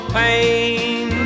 pain